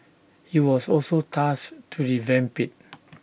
he was also tasked to revamp IT